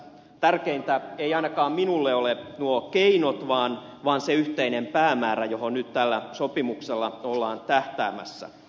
tärkeintä ei ainakaan minulle ole nuo keinot vaan se yhteinen päämäärä johon nyt tällä sopimuksella ollaan tähtäämässä